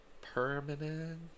permanent